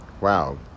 Wow